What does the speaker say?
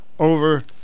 over